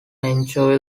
enjoy